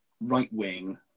right-wing